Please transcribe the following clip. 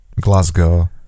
Glasgow